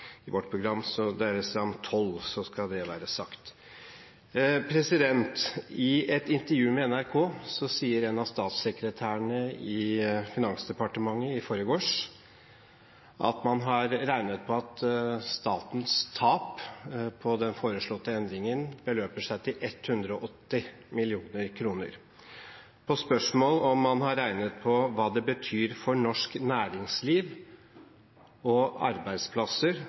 I vårt program dreier det seg om toll – så skal det være sagt. I et intervju med NRK sa en av statssekretærene i Finansdepartementet i forgårs at man har regnet ut at statens tap på den foreslåtte endringen beløper seg til 180 mill. kr. På spørsmål om man har regnet på hva det betyr for norsk næringsliv og norske arbeidsplasser,